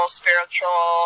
spiritual